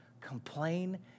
complain